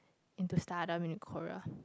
into stardom in Korea